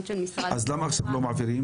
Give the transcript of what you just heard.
אז למה עכשיו לא מעבירים?